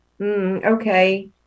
okay